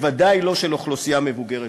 בוודאי לא של אוכלוסייה מבוגרת,